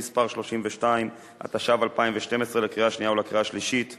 זה קריאה שנייה ושלישית כבר,